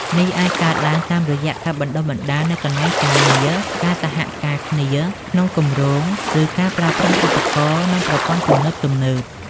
នេះអាចកើតឡើងតាមរយៈ ការបណ្តុះបណ្តាលនៅកន្លែងការងារ ការសហការគ្នាក្នុងគម្រោង ឬការប្រើប្រាស់ឧបករណ៍ និងប្រព័ន្ធទំនើបៗ។